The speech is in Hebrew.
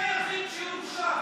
מי היחיד שהורשע?